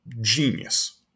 genius